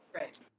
Right